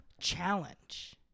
challenge